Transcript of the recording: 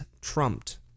trumped